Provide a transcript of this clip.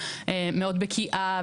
זה אוי לי מיצרי ואוי לי מיוצרי כל הזמן,